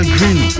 Green